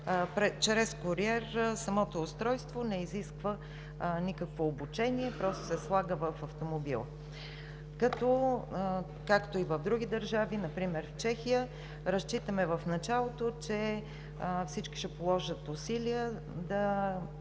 чрез куриер. Самото устройство не изисква никакво обучение, а просто се слага в автомобила. Както и в други държави – например в Чехия, разчитаме в началото, че всички ще положат усилия да